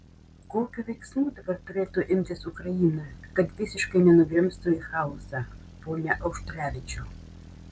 kokių veiksmų dabar turėtų imtis ukraina kad visiškai nenugrimztų į chaosą pone auštrevičiau